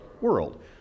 world